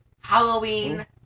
Halloween